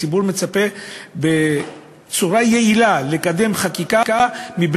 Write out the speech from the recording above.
הציבור מצפה שתקודם חקיקה בצורה יעילה,